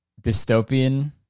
dystopian